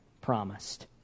promised